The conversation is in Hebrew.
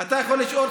אתה יכול לשאול,